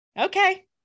Okay